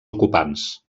ocupants